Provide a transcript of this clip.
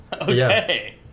okay